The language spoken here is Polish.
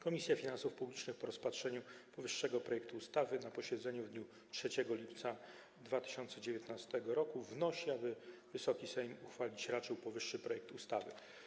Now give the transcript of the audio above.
Komisja Finansów Publicznych po rozpatrzeniu powyższego projektu ustawy na posiedzeniu w dniu 3 lipca 2019 r. wnosi, aby Wysoki Sejm uchwalić raczył powyższy projekt ustawy.